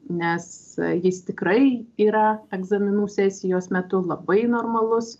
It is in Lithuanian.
nes jis tikrai yra egzaminų sesijos metu labai normalus